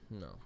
no